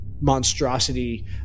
monstrosity